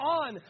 on